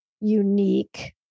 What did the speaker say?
unique